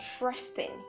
interesting